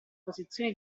posizione